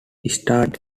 starred